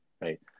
right